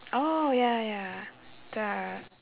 oh ya ya the